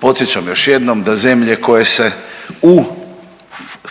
Podsjećam još jednom da zemlje koje se u